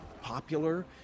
popular